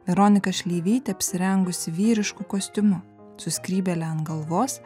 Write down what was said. veronika šleivytė apsirengusi vyrišku kostiumu su skrybėle ant galvos